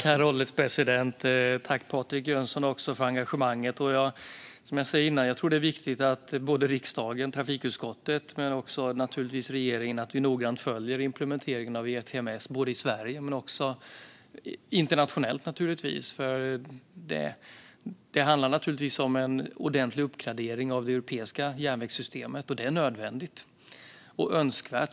Herr ålderspresident! Tack, Patrik Jönsson, för engagemanget! Som jag sa tidigare tror jag att det är viktigt att både riksdagens trafikutskott och regeringen noggrant följer implementeringen av ERTMS, både i Sverige och internationellt. Det handlar om en ordentlig uppgradering av det europeiska järnvägssystemet, och detta är nödvändigt och önskvärt.